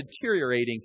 deteriorating